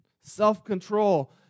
self-control